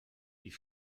die